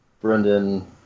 Brendan